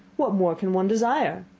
what more can one desire?